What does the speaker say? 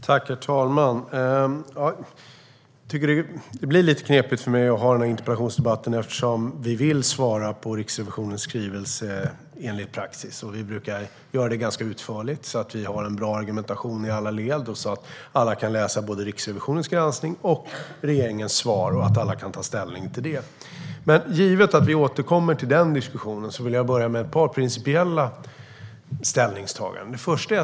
Herr talman! Det blir lite knepigt för mig att ha denna interpellationsdebatt eftersom regeringen vill svara på Riksrevisionens skrivelse enligt praxis. Vi brukar göra det utförligt så att det blir en bra argumentation i alla led, så att alla kan läsa både Riksrevisionens granskning och regeringens svar - och sedan kan alla ta ställning. Givet att vi återkommer till den diskussionen vill jag börja med ett par principiella ställningstaganden.